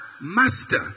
master